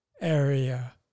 area